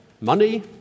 money